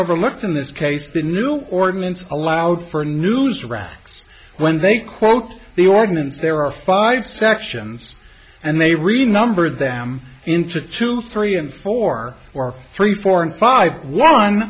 overlooked in this case the new ordinance allowed for new threats when they quote the ordinance there are five sections and they read a number of them into two three and four or three four and five one